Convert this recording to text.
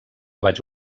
vaig